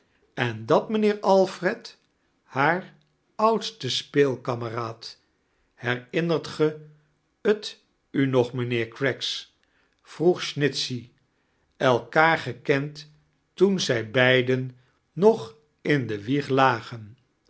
en dat mijnheea alfred haar oudste speelkamaraad herinnert ge t u nog mijnheer craggs vroeg snitohey elkaar gekend toen zij beiden nog in de wieg lagen